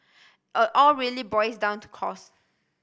all all really boils down to cost